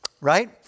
right